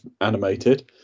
animated